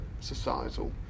societal